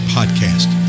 Podcast